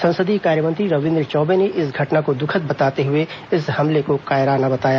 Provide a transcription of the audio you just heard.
संसदीय कार्यमंत्री रविंद्र चौबे ने इस घटना को दुखद बताते हुए इस हमले को कायराना बताया